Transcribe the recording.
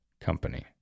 company